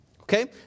Okay